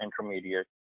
intermediate